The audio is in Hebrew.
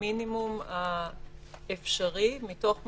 המינימום האפשרי, מתוך מחשבה,